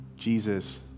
Jesus